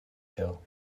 hill